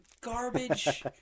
garbage